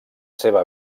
seva